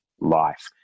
life